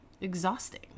exhausting